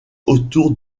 autour